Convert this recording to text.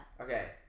Okay